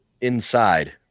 Inside